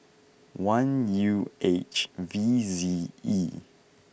one U H V Z E